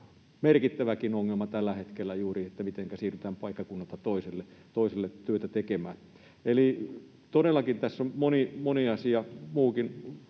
merkittäväkin ongelma tällä hetkellä, mitenkä siirrytään paikkakunnalta toiselle työtä tekemään. Eli todellakin tässä on monta muutakin